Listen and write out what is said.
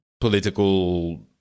political